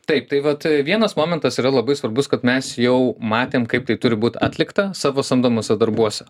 taip tai vat vienas momentas yra labai svarbus kad mes jau matėm kaip tai turi būt atlikta savo samdomuose darbuose